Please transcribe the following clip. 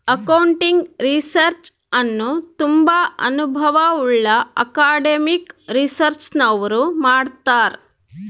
accounting research ಅನ್ನು ತುಂಬಾ ಅನುಭವವುಳ್ಳ ಅಕಾಡೆಮಿಕ್ ರಿಸರ್ಚ್ನವರು ಮಾಡ್ತರ್